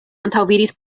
antaŭvidis